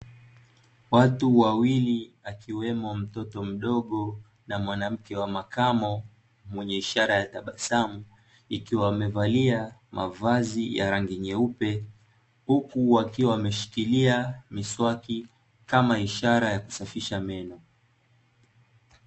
Watu wawili akiwemo mtoto mdogo na mwanamke wa makamo mwenye ishara ya tabasamu ikiwa wamevalia mavazi ya rangi nyeupe, huku wakiwa wameshikilia miswaki kama ishara ya kusafisha meno.